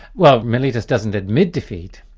well, meletus doesn't admit defeat,